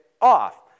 off